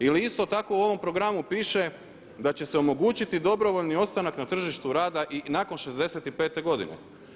Ili isto tako u ovom programu piše da će se omogućiti dobrovoljni ostanak na tržištu rada i nakon 65 godine.